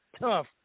tough